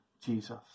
Jesus